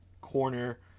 corner